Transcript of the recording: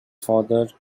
father